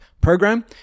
program